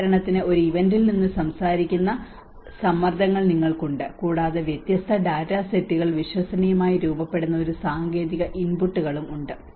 ഉദാഹരണത്തിന് ഒരു ഇവന്റിൽ നിന്ന് സംസാരിക്കുന്ന സമ്മർദ്ദങ്ങൾ നിങ്ങൾക്കുണ്ട് കൂടാതെ വ്യത്യസ്ത ഡാറ്റാ സെറ്റുകൾ വിശ്വസനീയമായി രൂപപ്പെടുന്ന ഒരു സാങ്കേതിക ഇൻപുട്ടുകളും ഉണ്ട്